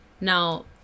Now